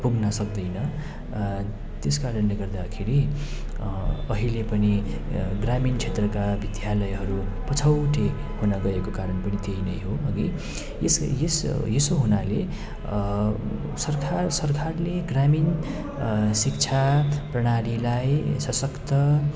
पुग्न सक्दैन त्यस कारणले गर्दाखेरि अहिले पनि ग्रामीण क्षेत्रका विद्यालयहरू पछौटे हुन गइरहेको कारण पनि त्यही नै हो हगि यसै यस यसो हुनाले सरकार सरकारले ग्रामीण शिक्षा प्रणालीलाई सशक्त